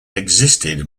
existed